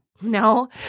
No